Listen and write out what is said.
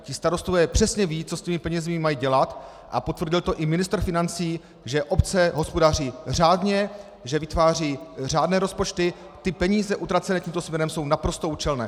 Ti starostové přesně vědí, co s těmi penězi mají dělat, a potvrdil to i ministr financí, že obce hospodaří řádně, že vytvářejí řádné rozpočty, ty peníze utracené tímto směrem jsou naprosto účelné.